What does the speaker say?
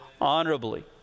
honorably